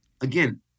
again